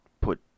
put